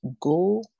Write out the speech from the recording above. go